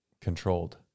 controlled